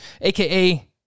aka